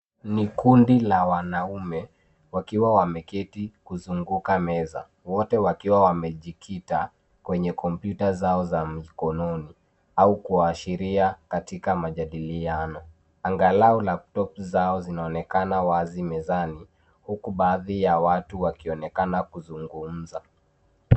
Ni kundi la wanaume wakiwa wameketi kuzunguka meza, wote wakiwa wamejikita kwenye kompyuta za mikononi au kua ashiria katika majadiliano. Angalau laptop zao zinaonekana wazi mezani huku baadhi ya watu wakionekana kuzungumza.